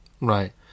Right